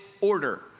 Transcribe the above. order